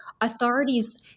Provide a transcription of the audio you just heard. authorities